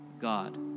God